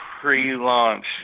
pre-launch